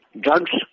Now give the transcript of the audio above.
Drugs